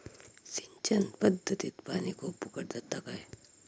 सिंचन पध्दतीत पानी खूप फुकट जाता काय?